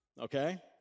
okay